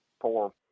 four